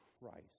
Christ